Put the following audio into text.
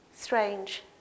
Strange